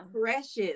precious